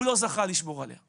הוא לא זכה לשמור עליה.